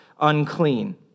unclean